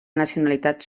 nacionalitat